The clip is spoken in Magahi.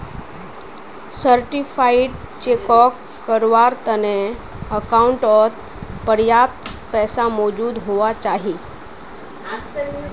सर्टिफाइड चेकोक कवर कारवार तने अकाउंटओत पर्याप्त पैसा मौजूद हुवा चाहि